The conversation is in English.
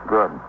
Good